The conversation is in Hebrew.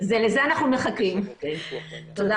תודה